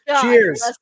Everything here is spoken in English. Cheers